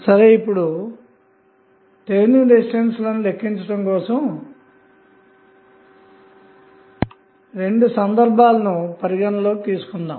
సరే ఇప్పుడు Thevenin resistance ను లెక్కించుట కోసం రెండు సంధర్బాలను పరిగణన లోకి తీసుకొందాము